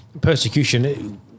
persecution